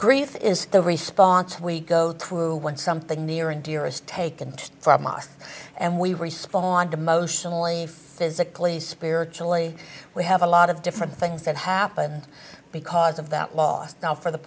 great is the response we go through when something near and dear is taken from us and we respond emotionally physically spiritually we have a lot of different things that happened because of that loss now for the